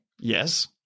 Yes